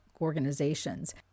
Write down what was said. organizations